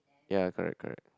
ya correct correct